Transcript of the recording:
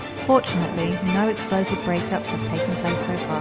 fortunately, no explosive break-ups have taken place ah